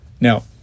Now